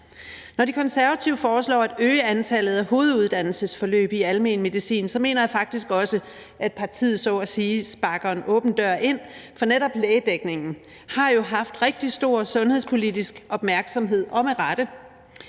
Når De Konservative foreslår at øge antallet af hoveduddannelsesforløb i almen medicin, mener jeg faktisk også, at partiet så at sige sparker en åben dør ind, for netop lægedækningen har jo haft rigtig stor sundhedspolitisk opmærksomhed – og med rette.